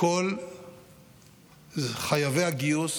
חייבי הגיוס